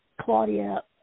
Claudia